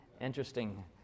Interesting